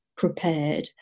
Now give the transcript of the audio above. Prepared